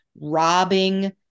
robbing